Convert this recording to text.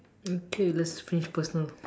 okay let's finish personal